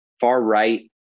far-right